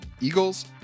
Eagles